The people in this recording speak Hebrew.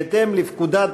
בהתאם לפקודת